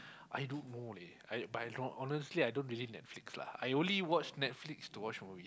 I don't know leh I but I don't honestly I don't really Netflix lah I only watch Netflix to watch movie